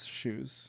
shoes